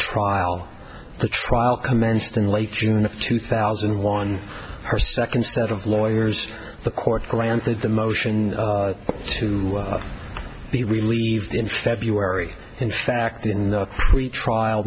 trial the trial commenced in late june of two thousand and one her second set of lawyers the court granted the motion to be relieved in february in fact in the pretrial